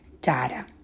data